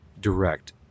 direct